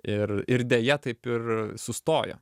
ir ir deja taip ir sustojo